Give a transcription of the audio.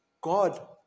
God